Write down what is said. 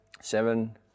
seven